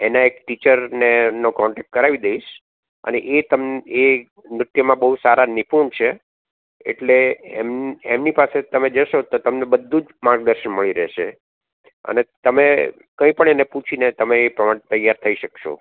એના એક ટીચર ને નો કોન્ટેક કરાવી દઇશ અને એ તમને એ નુત્યમાં સારા બઉ નિપુણ છે એટલે એમની પાસે તમે જસો તો તમને બધુ જ માર્ગ દર્શન મળી રેસે અને તમે કઈ પણ એને પૂછીને તમે એ પ્રમાણે તૈયાર થઈ સકસો